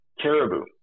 caribou